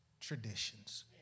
traditions